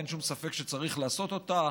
אין שום ספק שצריך לעשות אותה,